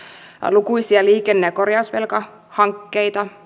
lukuisia liikenne ja korjausvelkahankkeita